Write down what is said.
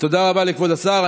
תודה רבה לכבוד השר.